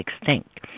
extinct